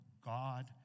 God